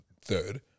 third